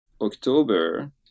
October